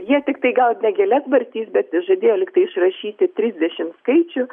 jie tiktai gal ne gėles barstys bet žadėjo lygtai išrašyti trisdešim skaičių